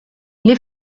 les